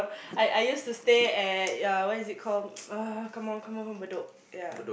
I I used to stay at yeah what is it called come on come on Bedok yeah